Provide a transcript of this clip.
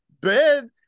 bed